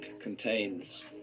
contains